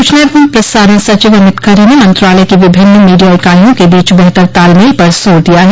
सूचना एवं प्रसारण सचिव अमित खरे ने मंत्रालय की विभिन्न मीडिया इकाईयों के बीच बेहतर तालमेल पर जोर दिया है